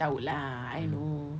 tahu lah I know